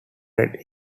red